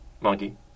Monkey